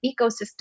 ecosystem